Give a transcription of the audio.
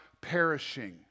perishing